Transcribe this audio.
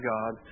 God